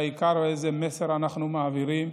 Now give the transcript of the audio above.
העיקר הוא איזה מסר אנחנו מעבירים.